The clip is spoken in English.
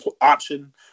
option